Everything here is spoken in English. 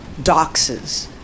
doxes